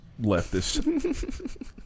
leftist